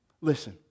Listen